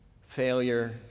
failure